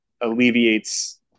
alleviates